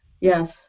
Yes